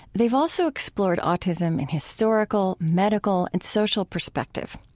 they've also explored autism in historical, medical, and social perspective.